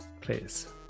please